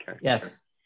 Yes